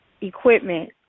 equipment